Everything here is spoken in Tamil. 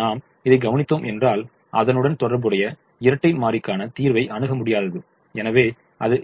நாm இதை கவணித்தோம் என்றால் அதனுடன் தொடர்புடைய இரட்டை மாறிக்காண தீர்வைக் அணுக முடியாதது எனவே அது இல்லை